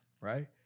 right